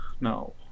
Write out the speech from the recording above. no